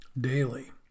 daily